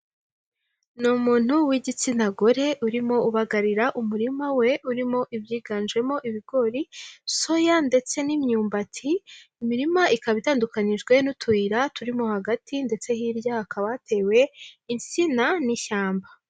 Ni umuntu w'igitsina gore urimo ubagarira umurima we urimo ibyiganjemo ibigori, soya ndetse n'imyumbati, imirima ikaba itandukanyijwe n'utuyira turimo hagati ndetse hirya hakaba hatewe insina n'ishyamba.